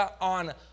on